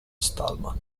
stallman